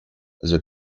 the